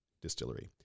distillery